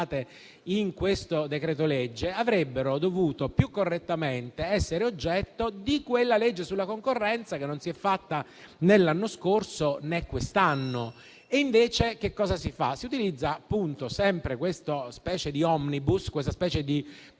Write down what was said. in questo decreto-legge, quindi, avrebbero dovuto più correttamente essere oggetto di quella legge sulla concorrenza che non si è fatta né l'anno scorso, né quest'anno. E invece che cosa si fa? Si utilizza sempre questa specie di *omnibus*, questa specie di veicolo,